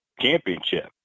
championship